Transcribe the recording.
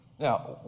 Now